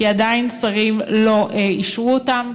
כי עדיין שרים לא אישרו אותן,